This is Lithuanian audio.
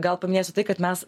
gal paminėsiu tai kad mes